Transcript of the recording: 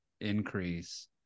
increase